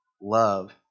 love